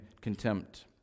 contempt